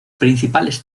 principales